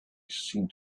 seemed